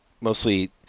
mostly